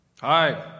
Hi